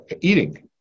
eating